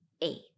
eight